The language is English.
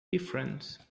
different